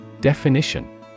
Definition